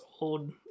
old